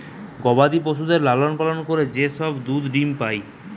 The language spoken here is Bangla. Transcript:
গবাদি পশুদের লালন পালন করে যে সব দুধ ডিম্ পাই